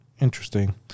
Interesting